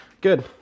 Good